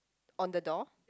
on the door